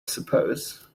suppose